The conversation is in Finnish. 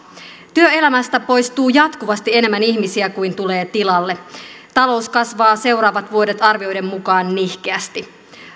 työelämästä poistuu jatkuvasti enemmän ihmisiä kuin tulee tilalle talous kasvaa seuraavat vuodet arvioiden mukaan nihkeästi